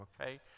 okay